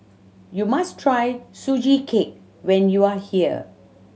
you must try Sugee Cake when you are here